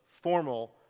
formal